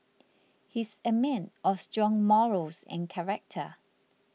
he's a man of strong morals and character